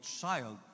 child